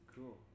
Cool